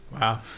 wow